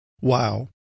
Wow